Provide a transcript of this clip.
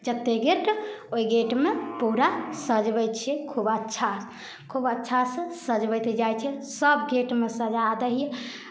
जतेक गेट ओहि गेटमे पूरा सजबै छियै खूब अच्छा खुब अच्छासँ सजबैत जाइ छियै सभगेटमे सजा दै हियै